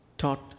Taught